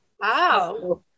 Wow